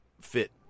fit